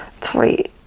three